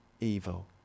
evil